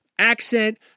Accent